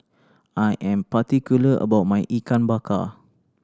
I am particular about my Ikan Bakar